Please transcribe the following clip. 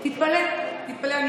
תתפלא, תתפלא.